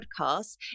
podcast